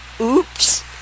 oops